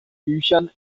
büchern